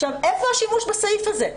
עכשיו, איפה השימוש בסעיף הזה?